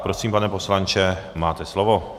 Prosím, pane poslanče, máte slovo.